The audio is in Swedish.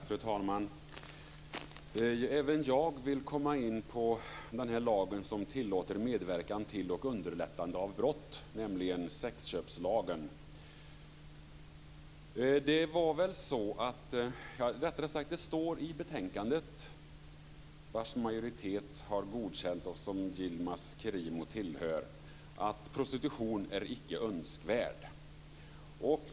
Fru talman! Även jag vill komma in på den lag som tillåter medverkan till och underlättande av brott, nämligen sexköpslagen. Det står i betänkandet, som en majoritet har godkänt - en majoritet som Yilmaz Kerimo tillhör - att prostitution icke är önskvärd.